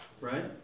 Right